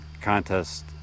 contest